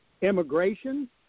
Immigration